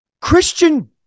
Christian